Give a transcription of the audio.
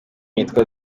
yitwa